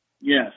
Yes